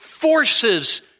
Forces